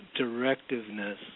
directiveness